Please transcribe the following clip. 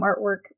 artwork